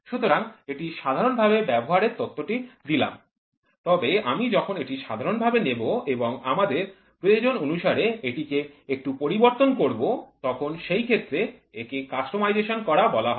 সুতরাং এটি সাধারণ ভাবে ব্যবহারের তত্ত্বটি দিলাম তবে আমি যখন এটি সাধারণভাবে নেব এবং আমাদের প্রয়োজন অনুসারে এটিকে একটু পরিবর্তন করব তখন সেই ক্ষেত্রে একে কাস্টমাইজেশন করা বলা হয়